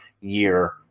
year